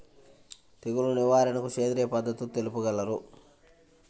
తెగులు నివారణకు సేంద్రియ పద్ధతులు తెలుపగలరు?